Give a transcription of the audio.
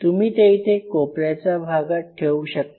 तुम्ही ते इथे कोपऱ्याच्या भागात ठेऊ शकता